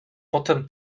potem